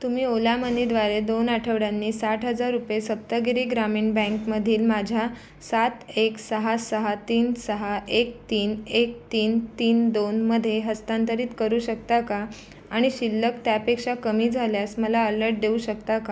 तुम्ही ओला मनीद्वारे दोन आठवड्यांनी साठ हजार रुपये सप्तगिरी ग्रामीण बँकमधील माझ्या सात एक सहा सहा तीन सहा एक तीन एक तीन तीन दोनमध्ये हस्तांतरित करू शकता का आणि शिल्लक त्यापेक्षा कमी झाल्यास मला अलर्ट देऊ शकता का